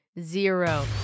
zero